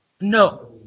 No